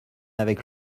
avec